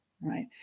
right